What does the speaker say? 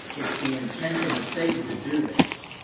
it's the intention of satan to do this.